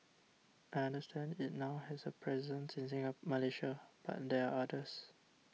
I understand it now has a presence in Malaysia but there are others